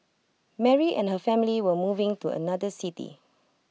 Mary and her family were moving to another city